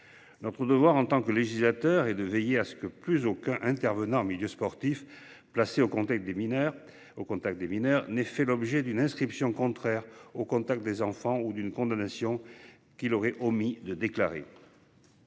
Notre devoir en tant que législateur, est de veiller à ce que plus aucun intervenant en milieu sportif placés au contact des mineurs au contact des mineurs n'ait fait l'objet d'une inscription contraire au contact des enfants ou d'une condamnation qu'il aurait omis de déclarer.